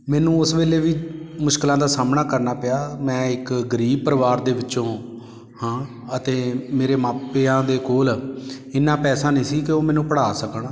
ਮੈਨੂੰ ਉਸ ਵੇਲੇ ਵੀ ਮੁਸ਼ਕਿਲਾਂ ਦਾ ਸਾਹਮਣਾ ਕਰਨਾ ਪਿਆ ਮੈਂ ਇੱਕ ਗਰੀਬ ਪਰਿਵਾਰ ਦੇ ਵਿੱਚੋਂ ਹਾਂ ਅਤੇ ਮੇਰੇ ਮਾਪਿਆਂ ਦੇ ਕੋਲ ਇੰਨਾਂ ਪੈਸਾ ਨਹੀਂ ਸੀ ਕਿ ਉਹ ਮੈਨੂੰ ਪੜ੍ਹਾ ਸਕਣ